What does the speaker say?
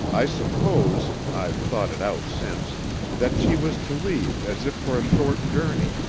i suppose i've thought it out since that she was to leave as if for a short journey,